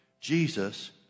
Jesus